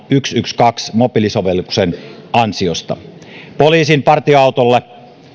yksi kaksi mobiilisovelluksen ansiosta poliisin partioautolla